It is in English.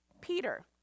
Peter